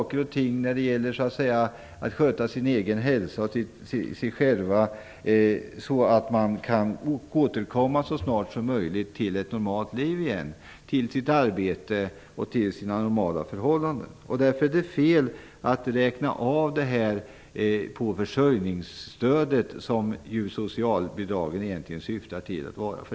De skall kunna t.ex. sköta sin egen hälsa och sig själva så att de så snart som möjligt kan återgå till ett normalt liv - till arbete och normala förhållanden. Därför är det fel att räkna av från försörjningsstödet, som socialbidragen egentligen syftar till att vara.